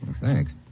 thanks